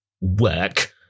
work